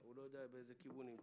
הוא לא יודע באיזה כיוון הוא נמצא.